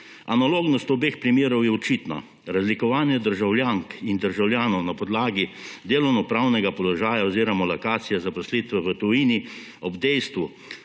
Analognost obeh primerov je očitna. Razlikovanje državljank in državljanov na podlagi delovnopravnega položaja oziroma lokacije zaposlitve v tujini ob dejstvu,